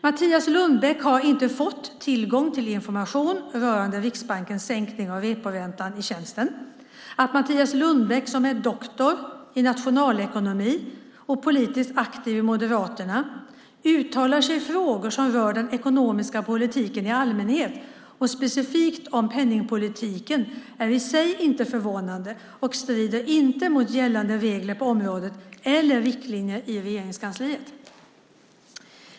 Mattias Lundbäck har inte fått tillgång till information rörande Riksbankens sänkning av reporäntan i tjänsten. Att Mattias Lundbäck, som är doktor i nationalekonomi och politiskt aktiv i Moderaterna, uttalar sig i frågor som rör den ekonomiska politiken i allmänhet och specifikt om penningpolitik är i sig inte förvånande och strider inte mot gällande regler på området eller riktlinjer i Regeringskansliet.